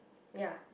ya